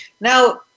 Now